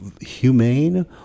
humane